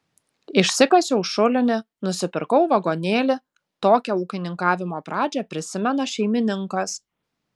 išsikasiau šulinį nusipirkau vagonėlį tokią ūkininkavimo pradžią prisimena šeimininkas